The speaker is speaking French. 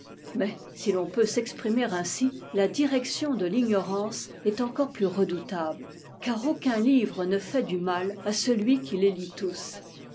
majs si j'en peut s'exprimer ainsi la direction de gnorance est encore plus redoutab e car aucun livre ne fait du mal à celui qui les lit tous